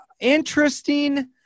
interesting